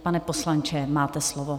Pane poslanče, máte slovo.